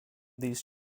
these